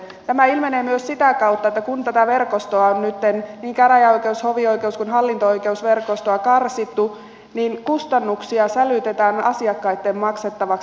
tämä ilmenee myös sitä kautta että kun tätä verkostoa on nytten karsittu niin käräjäoikeus hovioi keus kuin hallinto oikeusverkostoa niin kustannuksia sälytetään asiakkaitten maksettavaksi